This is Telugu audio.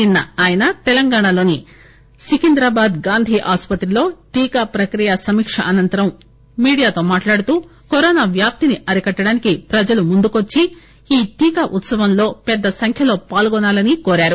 నిన్స ఆయన తెలంగాణలోని సికింద్రాబాద్ గాంధీ ఆసుపత్రిలో టీకా ప్రక్రియ సమీక్ష అనంతరం మీడియాతో మాట్లాడుతూ కరోనా వ్యాప్తిని అరికట్టేందుకు ప్రజలు ముందుకు వచ్చి ఈ టీకా ఉత్సవంలో పెద్ద సంఖ్యలో పాల్గొనాలని ప్రజలను కోరారు